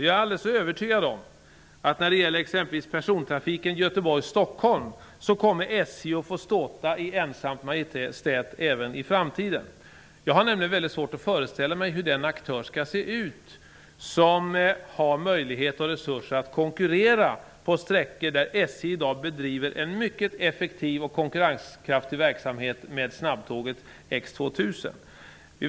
Jag är alldeles övertygad om att SJ kommer att få ståta i ensamt majestät även i framtiden vad gäller exempelvis persontrafiken Göteborg--Stockholm. Jag har nämligen mycket svårt att föreställa mig vilken aktör som skulle ha möjlighet och resurser att konkurrera på sträckor där SJ i dag bedriver en mycket effektiv och konkurrenskraftig verksamhet med snabbtåget X 2000.